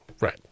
right